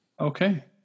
Okay